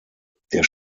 der